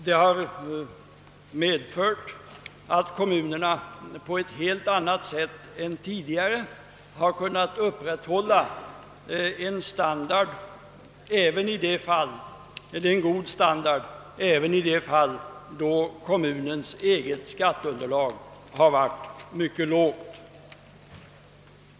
Det har medfört att kommunerna på ett helt annat sätt än tidigare kunnat upprätthålla en god standard även i de fall då kommunens eget skatteunderlag varit mycket svagt.